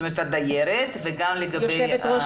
יושבת-ראש